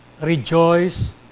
rejoice